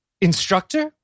Instructor